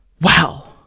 Wow